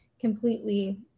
completely